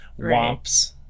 Womps